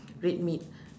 red meat